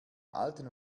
alten